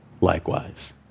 likewise